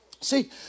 see